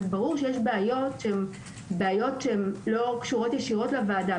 ברור שיש בעיות שהן לא קשורות ישירות לוועדה.